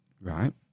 Right